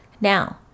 now